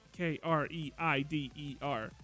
k-r-e-i-d-e-r